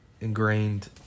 ingrained